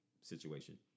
situation